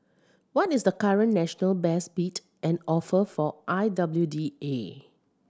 what is the current national best bid and offer for I W D A